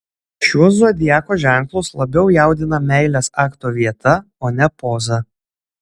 šiuos zodiako ženklus labiau jaudina meilės akto vieta o ne poza